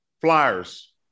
Flyers